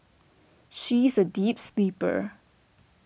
she is a deep sleeper